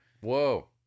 Whoa